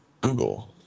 Google